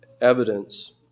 evidence